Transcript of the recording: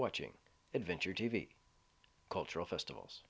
watching adventure t v cultural festivals